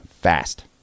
Fast